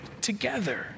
together